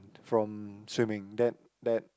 from swimming that that